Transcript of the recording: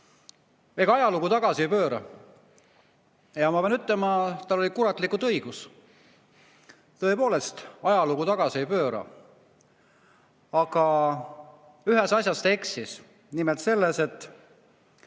Ega ajalugu tagasi ei pööra. Ma pean ütlema, tal oli kuratlikult õigus. Tõepoolest, ajalugu tagasi ei pööra. Aga ühes asjas ta eksis. Nimelt selles, et